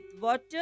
water